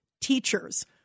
teachers